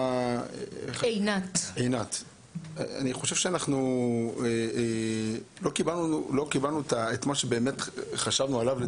אני חושב שלא קיבלנו תשובה על מה שבאמת חשבנו עליו.